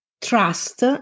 trust